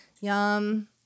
Yum